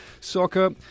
Soccer